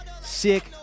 sick